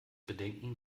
bedenken